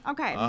Okay